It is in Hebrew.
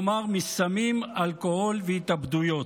כלומר מסמים, אלכוהול והתאבדויות.